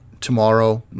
tomorrow